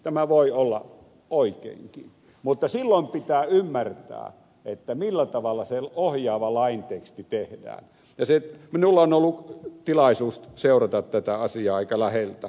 tämä voi olla oikeinkin mutta silloin pitää ymmärtää millä tavalla se ohjaava lain teksti tehdään ja minulla on ollut tilaisuus seurata tätä asiaa aika läheltä